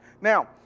Now